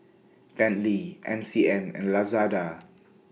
Bentley M C M and Lazada